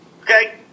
Okay